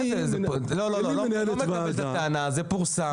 זה פורסם.